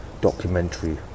documentary